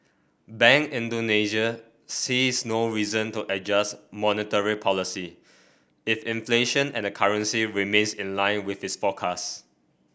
Bank Indonesia sees no reason to adjust monetary policy if inflation and the currency remains in line with its forecast